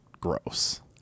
gross